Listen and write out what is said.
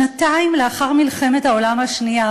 שנתיים לאחר מלחמת העולם השנייה,